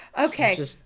Okay